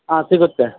ಆಂ ಸಿಗುತ್ತೆ